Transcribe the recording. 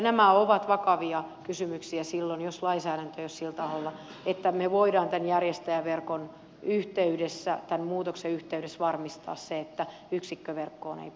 nämä ovat vakavia kysymyksiä silloin jos lainsäädäntö ei ole sellainen että me voimme tämän järjestäjäverkon muutoksen yhteydessä varmistaa sen että yksikköverkkoon ei puututa